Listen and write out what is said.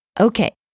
Okay